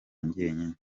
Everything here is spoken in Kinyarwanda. njyenyine